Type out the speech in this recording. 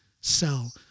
sell